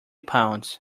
pounds